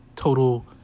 Total